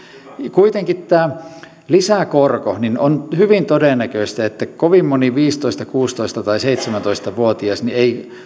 kuitenkin kun on tämä lisäkorko ja on hyvin todennäköistä että kovin moni viisitoista kuusitoista tai seitsemäntoista vuotias ei